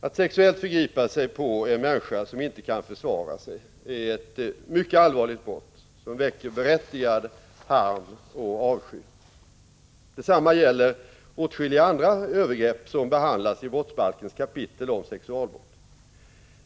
Att sexuellt förgripa sig på en människa som inte kan försvara sig är ett mycket allvarligt brott som väcker berättigad harm och avsky. Detsamma gäller åtskilliga andra övergrepp som behandlats i brottsbalkens kapitel om sexualbrott.